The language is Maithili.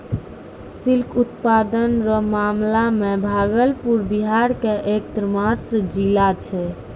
सिल्क उत्पादन रो मामला मे भागलपुर बिहार के एकमात्र जिला छै